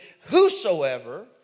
whosoever